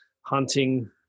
hunting –